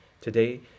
Today